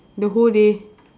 the whole day